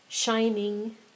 Shining